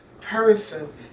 person